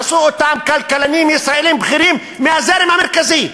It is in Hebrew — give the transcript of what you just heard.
עשו אותם כלכלנים ישראלים בכירים מהזרם המרכזי.